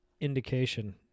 indication